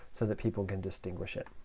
so that people can distinguish it.